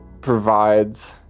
provides